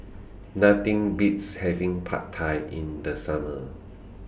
Nothing Beats having Pad Thai in The Summer